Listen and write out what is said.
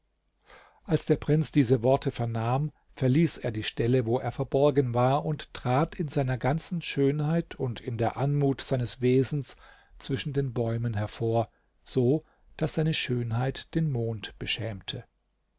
als der prinz diese worte vernahm verließ er die stelle wo er verborgen war und trat in seiner ganzen schönheit und in der anmut seines wesens zwischen den bäumen hervor so daß seine schönheit den mond beschämte